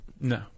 No